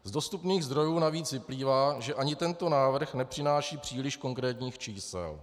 Z dostupných zdrojů navíc vyplývá, že ani tento návrh nepřináší příliš konkrétních čísel.